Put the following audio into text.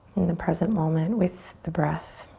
in the present moment with the breath.